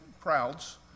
crowds